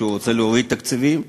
כשהוא רוצה להוריד תקציבים,